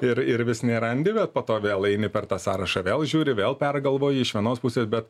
ir ir vis nerandi bet po to vėl eini per tą sąrašą vėl žiūri vėl pergalvoji iš vienos pusės bet